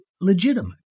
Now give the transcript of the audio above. legitimate